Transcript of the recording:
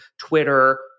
Twitter